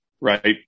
right